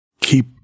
Keep